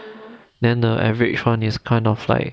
then the average one is kind of like